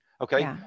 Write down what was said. okay